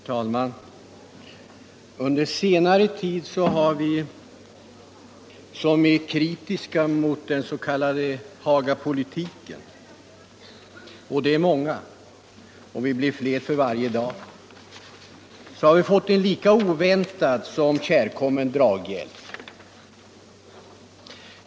Herr talman! Under senare tid har vi som är kritiska mot den s.k. Hagapolitiken — det är många, och vi blir fler för varje dag — fått en lika oväntad som kärkommen draghjälp.